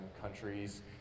countries